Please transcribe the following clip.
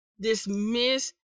dismiss